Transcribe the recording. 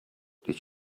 did